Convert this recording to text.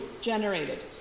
generated